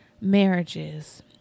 marriages